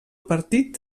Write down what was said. partit